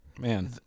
man